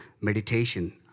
meditation